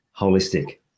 Holistic